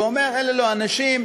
ואומר: אלה לא אנשים,